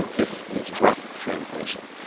this is rough translation.